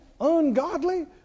ungodly